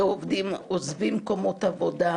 שעוזבים מקומות עבודה,